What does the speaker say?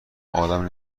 آدم